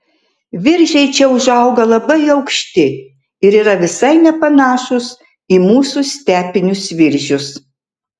viržiai čia užauga labai aukšti ir yra visai nepanašūs į mūsų stepinius viržius